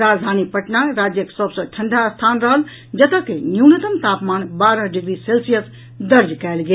राजधानी पटना राज्यक सभ सॅ ठंडा स्थान रहल जतऽ के न्यूनतम तापमान बारह डिग्री सेल्सियस दर्ज कयल गेल